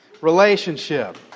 Relationship